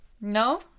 No